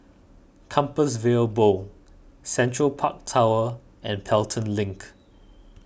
Compassvale Bow Central Park Tower and Pelton Link